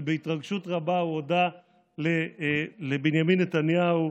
ובהתרגשות רבה הוא הודה לבנימין נתניהו,